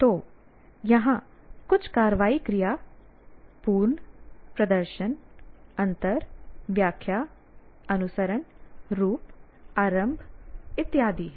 तो यहाँ कुछ कार्रवाई क्रिया पूर्ण प्रदर्शन अंतर व्याख्या अनुसरण रूप आरंभ इत्यादि हैं